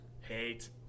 Hate